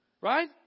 right